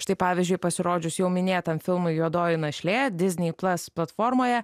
štai pavyzdžiui pasirodžius jau minėtam filmui juodoji našlė disney plus platformoje